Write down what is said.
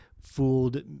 fooled